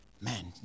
man